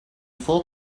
full